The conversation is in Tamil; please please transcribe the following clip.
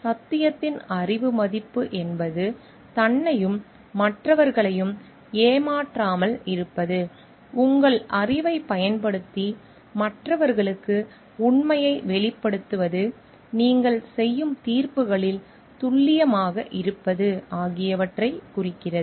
சத்தியத்தின் அறிவு மதிப்பு என்பது தன்னையும் மற்றவர்களையும் ஏமாற்றாமல் இருப்பது உங்கள் அறிவைப் பயன்படுத்தி மற்றவர்களுக்கு உண்மையை வெளிப்படுத்துவது நீங்கள் செய்யும் தீர்ப்புகளில் துல்லியமாக இருப்பது ஆகியவற்றைக் குறிக்கிறது